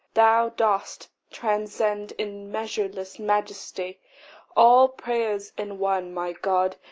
thou dost transcend in measureless majesty all prayers in one my god,